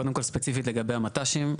קודם כל ספציפית לגבי המת"שים,